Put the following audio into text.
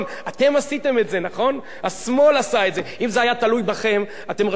אם זה היה תלוי בכם רשות השידור היתה עדיין מחלקה במשרד ראש הממשלה.